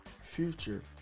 future